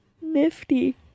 Nifty